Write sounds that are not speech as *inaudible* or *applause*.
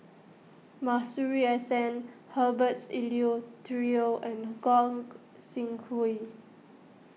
Masuri S N Herberts Eleuterio *unintelligible* and Gog Sing Hooi